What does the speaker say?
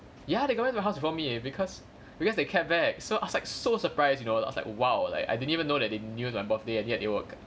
ya they go back to my house before me because because they cab back so I was like so surprised you know I was like !wow! like I didn't even know that they knew my birthday and yet they would